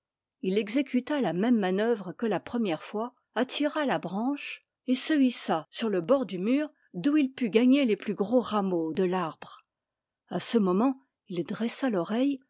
il exécuta la même manœuvre que la première fois attira la branche et se hissa sur le bord du mur d'où il put gagner les plus gros rameaux de l'arbre à ce moment il dressa l'oreille